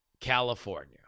California